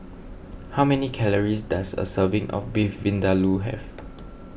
how many calories does a serving of Beef Vindaloo have